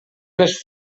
les